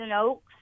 Oaks